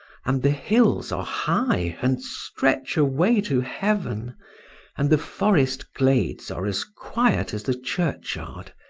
and the hills are high and stretch away to heaven and the forest glades are as quiet as the churchyard,